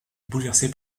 bouleversé